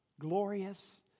glorious